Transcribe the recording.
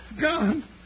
Gone